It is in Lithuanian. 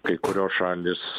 kai kurios šalys